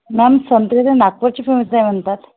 ma'am संत्री तर नागपूरची फेमस आहे म्हणतात